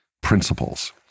principles